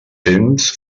temps